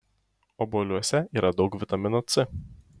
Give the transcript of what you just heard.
obuoliuose yra daug vitamino c